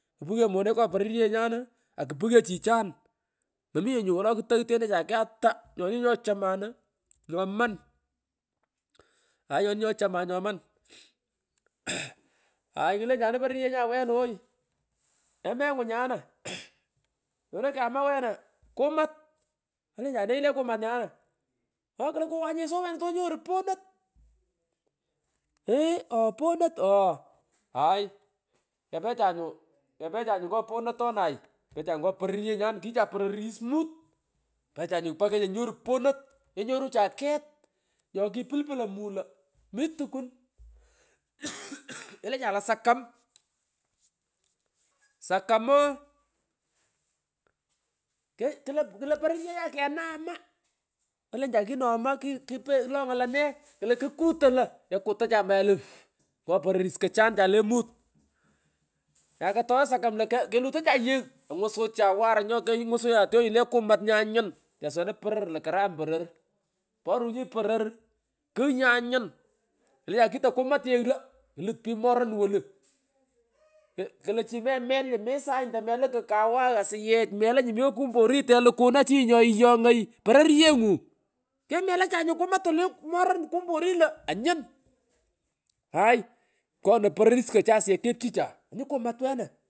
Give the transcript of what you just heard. Kruyo moneko pororyenyanu akupugho chichan mominye nyu wolo kutoghtonecha kegh ata inyoni nyochemanu nyoman aay nyoni nyochomani inyomqn kukarkor kugh sughiny aay klenchanu pororyenyan wena ooy emengun nyana nyono kyama wena kumat. olenchan nenyu le kumat nyana ooh klo kowanyeso wena tonyoru ponot ii ooh ponot ooh aay kapecha nyu kapecha nyu ngo ponotonay kepecha ngo pororyenyan chicha pororis mutipecha nyu pecha nyoru ponot kenyorucha ket nyokipulputo mughlo, mi tukun kelocha lo sakamisakam ooh klo pororyenyan kenagha ma, olensian kinoghoy ma kigh kigh kilongoy lone klo kukutoy lwikekuta cha mayai lo fuu ngo pororis kochan chale mut nyako toyo sakam lo kelutocha yegh kengusacha warunya, kengusacha twony le kumat nyanyhn tesuwena poror io karam poror porunyi poror kugh nyanyun klecha kito kumat yegh lo, lut pich morun wolu meme wel sany tamelukj kwagh asuyech mela nyumi akumpori telukuna chi nyoiyongoi pororyenyu kemelacha nyu kumat walu le moren kumbo orii lo anyun pkonoy pororis kocha suyech kepchicha onyu kumat wena.